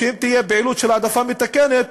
פעילות של העדפה מתקנת,